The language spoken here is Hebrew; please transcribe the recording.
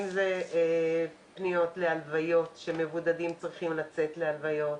אם זה פניות להלוויות שמבודדים צריכים לצאת להלוויות,